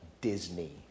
Disney